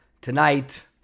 tonight